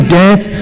death